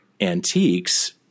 antiques